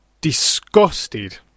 disgusted